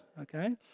okay